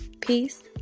peace